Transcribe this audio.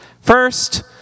First